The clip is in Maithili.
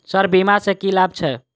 सर बीमा सँ की लाभ छैय?